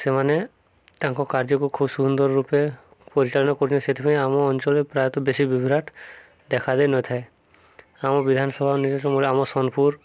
ସେମାନେ ତାଙ୍କ କାର୍ଯ୍ୟକୁ ଖୁବ୍ ସୁନ୍ଦର ରୂପେ ପରିଚାଳନା କରିଥିଲେ ସେଥିପାଇଁ ଆମ ଅଞ୍ଚଳରେ ପ୍ରାୟତଃ ବେଶୀ ବିଭ୍ରାଟ ଦେଖା ଦେଇନଥାଏ ଆମ ବିଧାନସଭା ନିର୍ଦ୍ଦେଶ ମୂଳେ ଆମ ସୋନପୁର